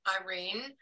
Irene